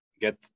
get